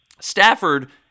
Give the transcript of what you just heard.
Stafford